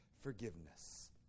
forgiveness